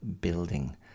building